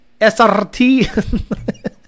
SRT